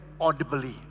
audibly